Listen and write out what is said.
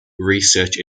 research